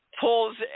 pulls